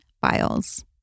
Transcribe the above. files